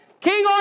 King